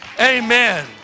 Amen